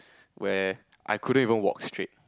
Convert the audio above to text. where I couldn't even walk straight